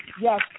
Yes